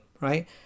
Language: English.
right